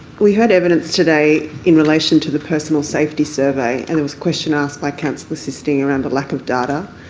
we heard evidence today in relation to the personal safety survey question asked by counsel assisting around the lack of data,